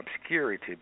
obscurity